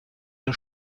der